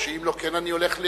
שאם לא כן אני הולך,